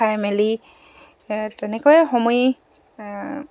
খাই মেলি তেনেকৈ সময়